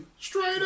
Straight